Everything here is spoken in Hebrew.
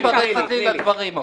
היא מתפרצת לי לדברים.